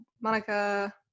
monica